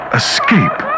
escape